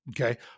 Okay